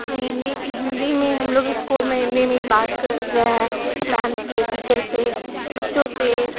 हिन्दी हिंदी में हम लोग स्कूल में हिंदी में ही बात करते हैं मैम से टीचर से बच्चों से